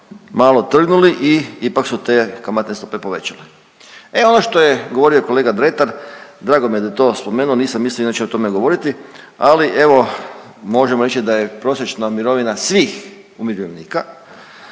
malo trgnuli i ipak su te kamatne stope povećali. E ono što je govorio kolega Dretar, drago mi je da je to spomenuo, nisam mislio inače o tome govoriti, ali evo možemo reći da je prosječna mirovina svih umirovljenika